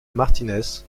martínez